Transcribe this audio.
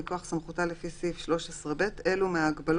מכוח סמכותה לפי סעיף 13(ב) אילו מההגבלות